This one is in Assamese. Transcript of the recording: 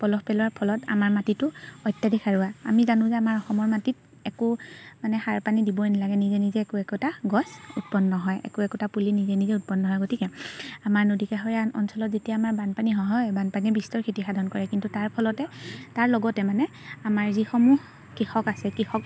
পলস পেলোৱাৰ ফলত আমাৰ মাটিটো অত্যাধিক সাৰুৱা আমি জানো যে আমাৰ অসমৰ মাটিত একো মানে সাৰ পানী দিবই নেলাগে নিজে নিজে একো একোটা গছ উৎপন্ন হয় একো একোটা পুলি নিজে নিজে উৎপন্ন হয় গতিকে আমাৰ নদী কাষৰীয়া অঞ্চলত যেতিয়া আমাৰ বানপানী হয় বানপানীয়ে বিস্তৰ ক্ষতি সাধন কৰে কিন্তু তাৰ ফলতে তাৰ লগতে মানে আমাৰ যিসমূহ কৃষক আছে কৃষক